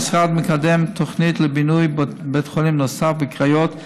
המשרד מקדם תוכנית לבינוי בית חולים נוסף בקריות,